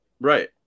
Right